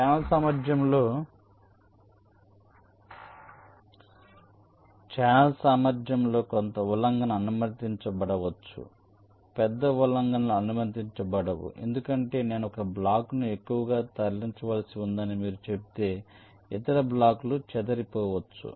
channel సామర్థ్యంలో కొంత ఉల్లంఘన అనుమతించబడవచ్చు కాని పెద్ద ఉల్లంఘనలు అనుమతించబడవు ఎందుకంటే నేను ఒక బ్లాక్ను ఎక్కువగా తరలించవలసి ఉందని మీరు చెబితే ఇతర బ్లాక్లు చెదిరిపోవచ్చు